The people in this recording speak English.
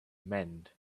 mend